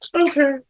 Okay